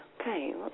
Okay